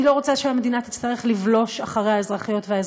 אני לא רוצה שהמדינה תצטרך לבלוש אחרי האזרחיות והאזרחים.